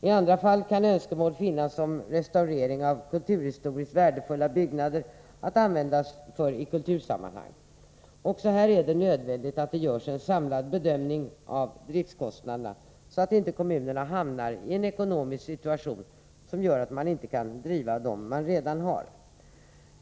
I andra fall kan önskemål finnas om restaurering av kulturhistoriskt värdefulla byggnader som skall användas i kultursammanhang. Också här är det nödvändigt att det görs en samlad bedömning av driftkostnaderna, så att inte kommunerna hamnar i en ekonomisk situation som gör att man inte kan driva de lokaler man redan har.